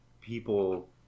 people